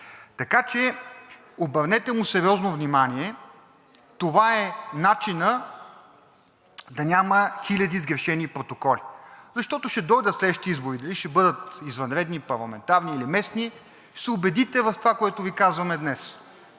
Така че, обърнете му сериозно внимание. Това е начинът да няма хиляди сгрешени протоколи. Защото ще дойдат следващите избори – дали ще бъдат извънредни, парламентарни или местни, ще се убедите в това, което Ви казваме днес.